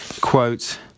Quote